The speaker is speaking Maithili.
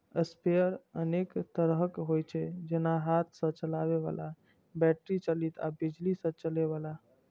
स्प्रेयर अनेक तरहक होइ छै, जेना हाथ सं चलबै बला, बैटरी चालित आ बिजली सं चलै बला